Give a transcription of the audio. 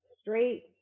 straight